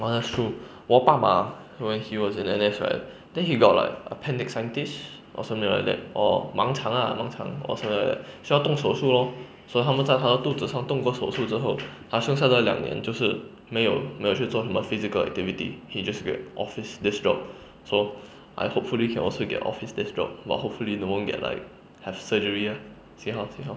!wah! that's true 我爸爸 when he was in N_S right then he got like appendicitis or something like that or 盲肠 ah 盲肠 or something like that 需要动手术 lor so 他们在他肚子上动过手术之后他剩下的两年就是没有没有去做什么 physical activity he just get office desk job so I hopefully can also get office desk job but hopefully don't won't get like have surgery ah see how see how